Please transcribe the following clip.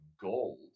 gold